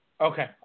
Okay